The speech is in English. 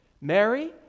Mary